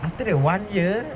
after that one year